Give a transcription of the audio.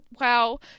wow